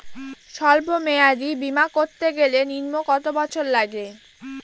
সল্প মেয়াদী বীমা করতে গেলে নিম্ন কত বছর লাগে?